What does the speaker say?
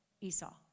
Esau